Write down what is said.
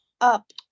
up